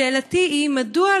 שאלתי היא: מדוע,